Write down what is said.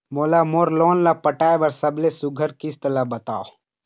मोला मोर लोन ला पटाए बर सबले सुघ्घर किस्त ला बताव?